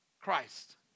Christ